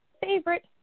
favorite